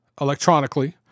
electronically